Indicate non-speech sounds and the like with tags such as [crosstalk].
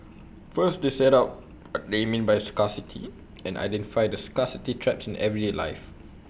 first they set out [noise] they mean by scarcity and identify the scarcity traps in everyday life